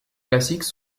classiques